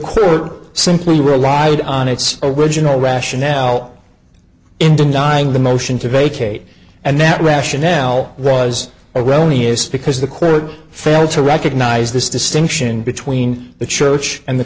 court simply relied on its original rationale in denying the motion to vacate and that rationale was erroneous because the clerk failed to recognize this distinction between the church and the